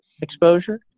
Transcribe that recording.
exposure